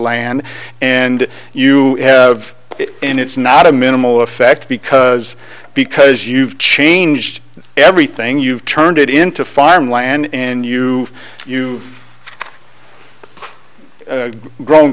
land and you have it and it's not a minimal effect because because you've changed everything you've turned it into farmland and you you grown